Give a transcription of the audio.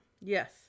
Yes